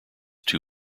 too